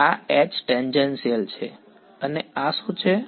આ H tangential છે અને આ શું છે